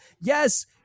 yes